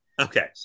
Okay